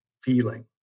feeling